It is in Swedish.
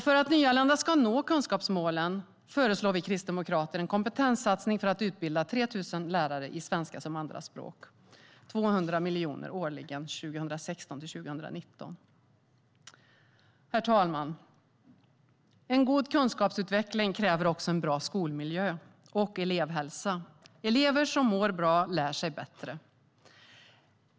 För att nyanlända ska nå kunskapsmålen föreslår vi kristdemokrater en kompetenssatsning för att utbilda 3 000 lärare i svenska som andraspråk - 200 miljoner årligen 2016-2019. Herr talman! En god kunskapsutveckling kräver också en bra skolmiljö och elevhälsa. Eleverna som mår bra lär sig bättre.